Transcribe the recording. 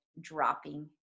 dropping